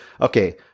okay